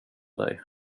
dig